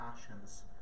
passions